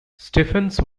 stephens